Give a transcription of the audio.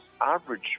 average